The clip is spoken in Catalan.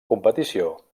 competició